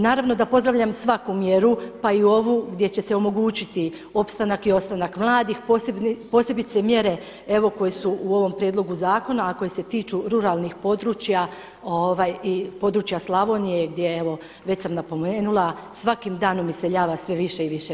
Naravno da pozdravljam svaku mjeru pa i ovu gdje će se omogućiti opstanak i ostanak mladih posebice mjere evo koje su u ovom prijedlogu zakona a koje se tiču ruralnih područja i područja Slavonije gdje evo, već sam napomenula svakim danom iseljava sve više i više mladih osoba.